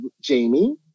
Jamie